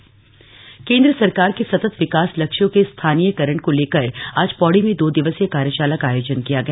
सतत विकास कार्याशाला केंद्र सरकार के सतत विकास लक्ष्यों के स्थानीयकरण को लेकर आज पौड़ी में दो दिवसीय कार्याशाला का आयोजन किया गया